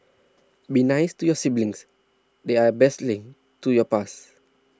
be nice to your siblings they're your best link to your past